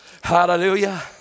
Hallelujah